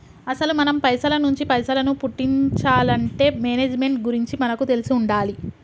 అసలు మనం పైసల నుంచి పైసలను పుట్టించాలంటే మేనేజ్మెంట్ గురించి మనకు తెలిసి ఉండాలి